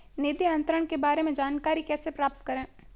निधि अंतरण के बारे में जानकारी कैसे प्राप्त करें?